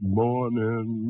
morning